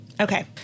Okay